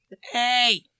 Hey